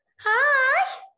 Hi